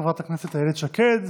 חברת הכנסת איילת שקד,